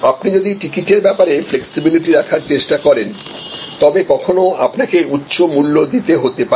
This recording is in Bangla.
আপনি যদি টিকিটের ব্যবহারে ফ্লেক্সিবিলিটি রাখার চেষ্টা করেন তবে কখনও কখনও আপনাকে উচ্চ মূল্য দিতে হতে পারে